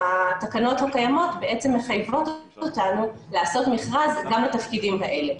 התקנות הקיימות מחייבות אותנו לעשות מכרז גם לתפקידים האלה.